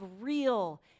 real